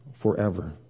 forever